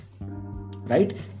Right